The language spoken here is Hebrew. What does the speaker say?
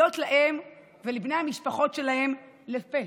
להיות להם ולבני המשפחות שלהם לפה,